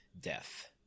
death